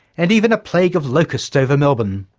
and even a plague of locusts over melbourne.